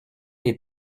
tes